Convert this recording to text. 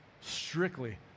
strictly